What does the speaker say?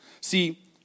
See